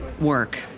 work